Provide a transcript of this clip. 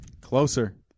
Closer